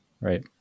right